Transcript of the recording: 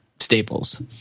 staples